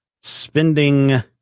spending